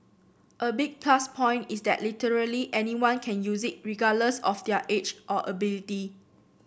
a big plus point is that literally anyone can use it regardless of their age or ability